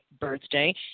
birthday